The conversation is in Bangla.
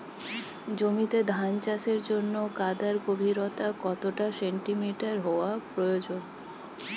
জমিতে ধান চাষের জন্য কাদার গভীরতা কত সেন্টিমিটার হওয়া প্রয়োজন?